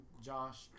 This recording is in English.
Josh